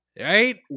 right